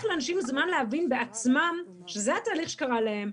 לאנשים זמן להבין בעצמם שזה התהליך שקרה להם,